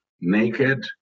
naked